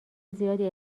زیادی